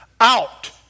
Out